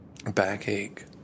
Backache